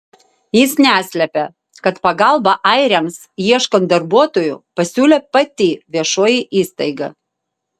jis neslėpė kad pagalbą airiams ieškant darbuotojų pasiūlė pati viešoji įstaiga